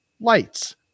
lights